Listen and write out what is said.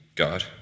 God